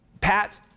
Pat